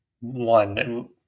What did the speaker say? One